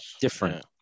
different